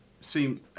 seem